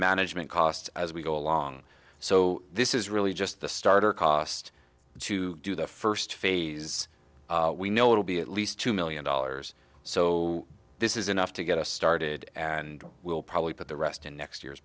management cost as we go along so this is really just the starter cost to do the first phase we know it'll be at least two million dollars so this is enough to get us started and we'll probably put the rest in next year's